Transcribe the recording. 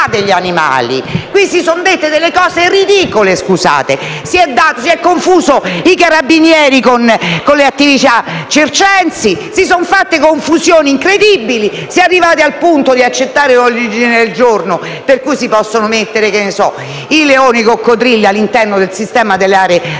degli animali. Qui si sono dette delle cose ridicole. Si sono confusi i Carabinieri con le attività circensi; si sono fatte confusioni incredibili; si è arrivati al punto di accettare ordini del giorno per cui si possono mettere - ad esempio - leoni e coccodrilli all'interno del sistema delle aree